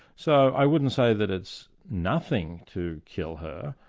so i wouldn't say that it's nothing to kill her.